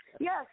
Yes